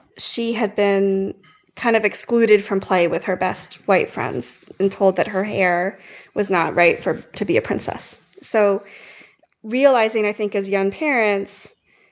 she had been kind of excluded from play with her best white friends and told that her hair was not right for to be a princess. so realizing, i think, as young parents,